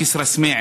כסרא-סמיע,